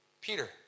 Peter